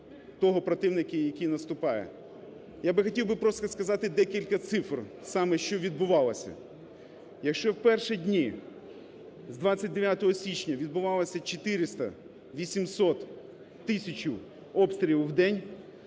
би хотів просто сказати декілька цифр, саме що відбувалося. Якщо перші дні з 29 січня відбувалося 400-800-1000 обстрілів у день,